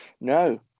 No